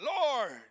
Lord